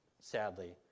sadly